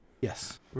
Yes